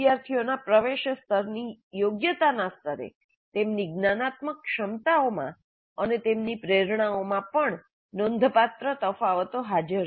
વિદ્યાર્થીઓનાં પ્રવેશ સ્તરની યોગ્યતાના સ્તરે તેમની જ્ઞાનાત્મક ક્ષમતાઓમાં અને તેમની પ્રેરણાઓમાં પણ નોંધપાત્ર તફાવતો હાજર છે